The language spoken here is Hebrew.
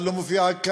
אבל זה לא מופיע כאן.